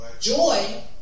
joy